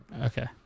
Okay